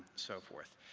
so forth.